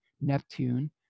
Neptune